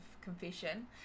confession